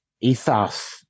ethos